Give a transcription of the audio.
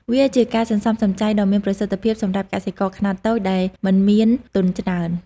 វាជាការសន្សំសំចៃដ៏មានប្រសិទ្ធភាពសម្រាប់កសិករខ្នាតតូចដែលមិនមានទុនច្រើន។